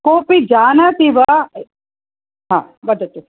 कोऽपि जानाति वा हा वदतु